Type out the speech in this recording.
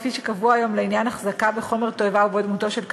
כפי שקבעו היום לעניין החזקה בחומר תועבה שבו דמותו של קטין,